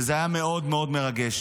וזה היה מאוד מאוד מרגש.